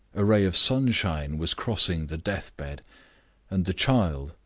a ray of sunshine was crossing the death-bed and the child,